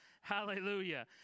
Hallelujah